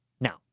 Now